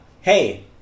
Hey